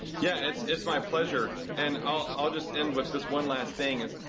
yeah, it's it's my pleasure. and i'll i'll just end with this one last thing is,